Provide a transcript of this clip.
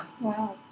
Wow